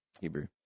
hebrew